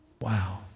Wow